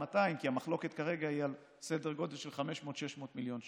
כי המחלוקת כרגע היא על סדר גודל של 500 600 מיליון שקל,